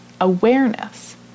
awareness